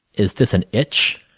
is this an itch?